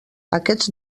aquests